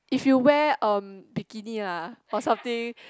if you wear uh bikini lah or something